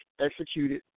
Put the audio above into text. executed